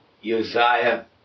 Uzziah